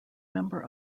member